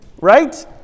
Right